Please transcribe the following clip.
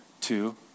two